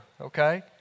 okay